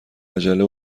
عجله